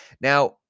Now